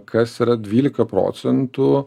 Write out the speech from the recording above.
kas yra dvylika procentų